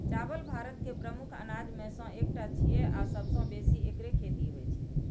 चावल भारत के प्रमुख अनाज मे सं एकटा छियै आ सबसं बेसी एकरे खेती होइ छै